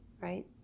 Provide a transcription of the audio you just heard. right